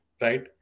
right